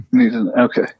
Okay